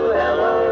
hello